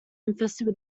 infested